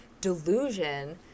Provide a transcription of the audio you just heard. delusion